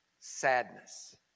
sadness